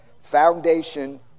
foundation